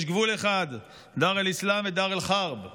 יש גבול אחד: דאר אל-אסלאם ודאר אל-חרב.